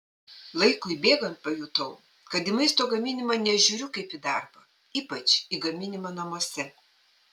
laikui bėgant pajutau kad į maisto gaminimą nežiūriu kaip į darbą ypač į gaminimą namuose